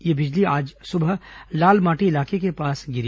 यह बिजली आज सुबह लालमाटी इलाके के पास गिरी